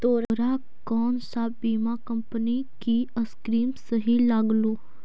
तोरा कौन सा बीमा कंपनी की स्कीम सही लागलो